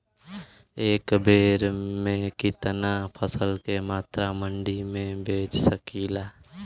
एक बेर में कितना फसल के मात्रा मंडी में बेच सकीला?